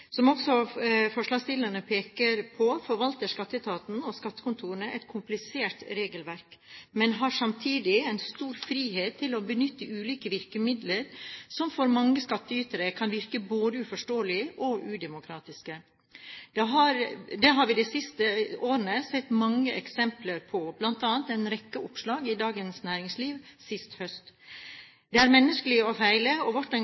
Som også forslagsstillerne peker på, forvalter Skatteetaten og skattekontorene et komplisert regelverk, men har samtidig en stor frihet til å benytte ulike virkemidler som for mange skattytere kan virke både uforståelige og udemokratiske. Det har vi i de siste årene sett mange eksempler på, bl.a. i en rekke oppslag i Dagens Næringsliv sist høst. Det er menneskelig å feile, og